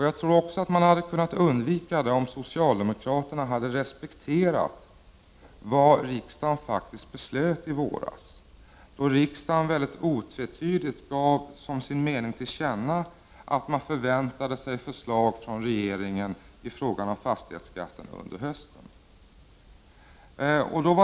Jag tror också att man hade kunnat undvika detta, om socialdemokraterna hade respekterat vad riksdagen faktiskt beslöt i våras, då riksdagen mycket otvetydigt gav som sin mening till känna att man förväntade sig förslag från regeringen i fråga om fastighetsskatten under hösten.